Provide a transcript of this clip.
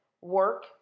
work